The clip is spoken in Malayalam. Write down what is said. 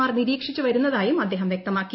ആർ നിരീക്ഷിച്ചു വരുന്നതായും അദ്ദേഹം വ്യക്തമാക്കി